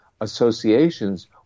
associations